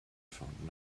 found